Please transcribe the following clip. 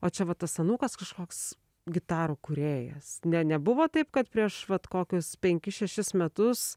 o čia va tas anūkas kažkoks gitarų kūrėjas ne nebuvo taip kad prieš vat kokius penkis šešis metus